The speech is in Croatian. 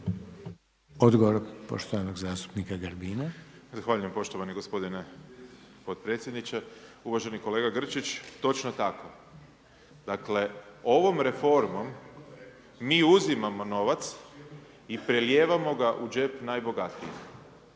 Odgovor poštovanog zastupnika Grbina. **Grbin, Peđa (SDP)** Zahvaljujem poštovani gospodine potpredsjedniče. Uvaženi kolega Grčić, točno tako. Dakle, ovo reformom mi uzimamo novac i prelijevamo ga u džep najbogatijih.